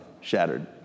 shattered